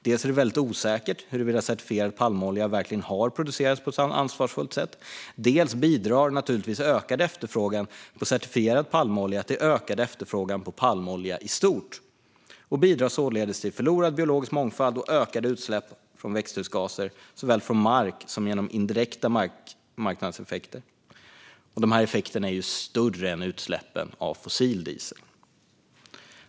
Dels är det väldigt osäkert huruvida certifierad palmolja verkligen har producerats på ett ansvarsfullt sätt, dels bidrar naturligtvis ökad efterfrågan på certifierad palmolja till ökad efterfrågan på palmolja i stort - vilket i sin tur bidrar till förlorad biologisk mångfald och ökade utsläpp av växthusgaser såväl från mark som genom indirekta marknadseffekter, och dessa effekter är större än utsläppen av fossil diesel.